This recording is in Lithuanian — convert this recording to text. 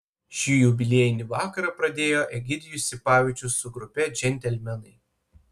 šį jubiliejinį vakarą pradėjo egidijus sipavičius su grupe džentelmenai